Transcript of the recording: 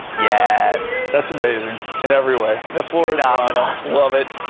yeah that's amazing in every way the floor and and i love it.